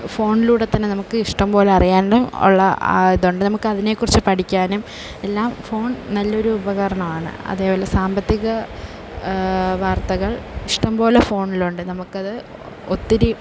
ഫോണിലൂടെ തന്നെ നമുക്ക് ഇഷ്ടം പോലെ അറിയാനും ഉള്ള ആ ഇതുണ്ട് നമുക്കതിനെ കുറിച്ച് പഠിക്കാനും എല്ലാം ഫോൺ നല്ലൊരു ഉപകരണമാണ് അതേപോലെ സാമ്പത്തിക വാർത്തകൾ ഇഷ്ടം പോലെ ഫോണിലുണ്ട് നമുക്കത് ഒത്തിരി